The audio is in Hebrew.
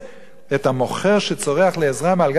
את המוכר שצורח לעזרה מעל גג האזבסט.